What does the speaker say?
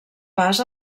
pas